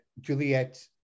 Juliet